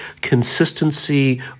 consistency